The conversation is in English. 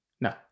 No